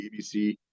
BBC